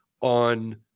on